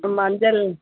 மஞ்சள்